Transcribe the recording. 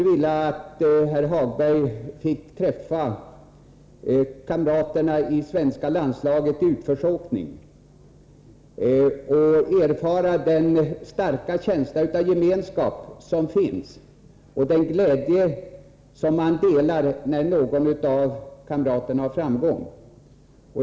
Jag önskar att herr Hagberg fick träffa kamraterna i det svenska landslaget i utförsåkning och erfara den starka känsla av gemenskap som där finns och den glädje som man delar när någon av kamraterna har framgång.